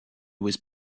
was